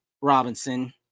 Robinson